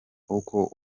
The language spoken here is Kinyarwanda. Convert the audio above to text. uko